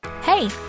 Hey